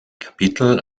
kapitel